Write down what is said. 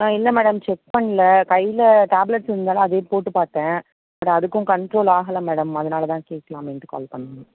இல்லை madam check பண்ணல கையில் டேப்லெட்ஸ் இருந்ததால் அதே போட்டுப் பார்த்தேன் பட் அதுக்கும் கண்ட்ரோல் ஆகலை மேடம் அதனால் தான் கேட்குலாமேன்ட்டு கால் பண்ண மேம்